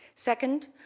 Second